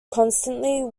constantly